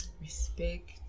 respect